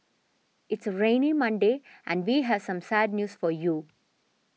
it's a rainy Monday and we have some sad news for you